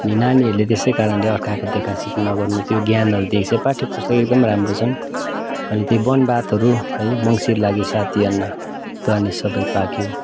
अनि नानीहरूले त्यसै कारणले अर्काको देखासेखी नगर्नु त्यो ज्ञानहरूदेखि चाहिँ पाठ्य पुस्तक एकदम राम्रो छन् अनि त्यही बनभातहरू है मङ्सिर लाग्यो साथी अन्न बाली सबै पाक्यो